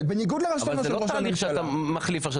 אבל זה לא תהליך שאתה מחליף עכשיו,